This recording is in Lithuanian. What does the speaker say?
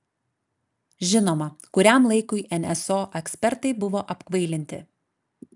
žinoma kuriam laikui nso ekspertai buvo apkvailinti